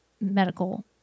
medical